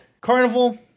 carnival